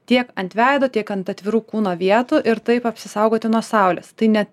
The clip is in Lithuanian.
tiek ant veido tiek ant atvirų kūno vietų ir taip apsisaugoti nuo saulės tai ne